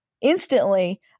instantly